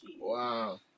Wow